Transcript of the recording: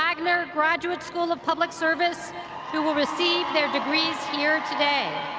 wagner graduate school of public service who will receive their degrees here today.